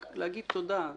רק להגיד תודה.